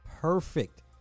perfect